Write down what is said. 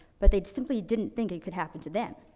but they simply didn't think it could happen to them,